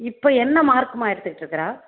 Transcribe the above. இப்போ என்ன மார்க்மா எடுத்துக்கிட்டுருக்குறா